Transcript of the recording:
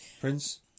Prince